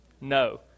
No